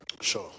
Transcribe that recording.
Sure